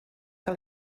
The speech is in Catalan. que